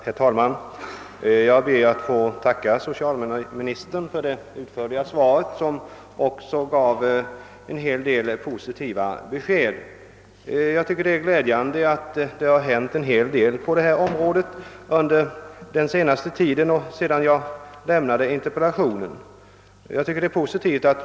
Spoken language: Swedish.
Herr talman! Jag ber att få tacka socialministern för det utförliga svaret som också gav en hel del positiva besked. Det är glädjande att det har hänt så mycket på detta område under den senaste tiden och efter det att jag ställde interpellationen.